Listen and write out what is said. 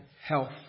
health